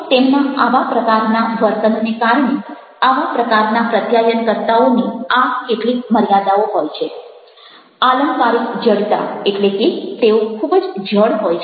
તેમના આવા પ્રકારના વર્તનને કારણે આવા પ્રકારના પ્રત્યાયનકર્તાઓની આ કેટલીક મર્યાદાઓ હોય છે આલંકારિક જડતા એટલે કે તેઓ ખૂબ જ જડ હોય છે